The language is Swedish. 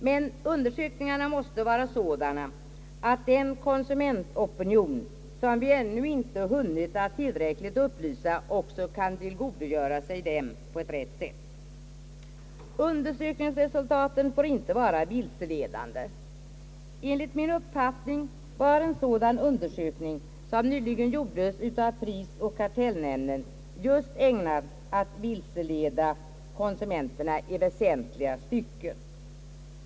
Men undersökningarna måste vara sådana att den konsumentopinion, som vi ännu inte hunnit upplysa tillräckligt, också kan tillgodogöra sig den på rätt sätt. Undersökningsresultaten får inte vara vilseledande. Enligt min uppfattning var en sådan undersökning, som nyligen gjordes av prisoch kartellnämnden, just ägnad att vilseleda konsumenterna i väsentliga stycken.